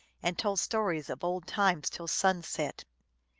and told stories of old times till sunset.